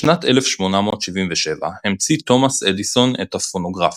בשנת 1877 המציא תומאס אדיסון את הפונוגרף.